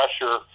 pressure